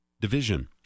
Division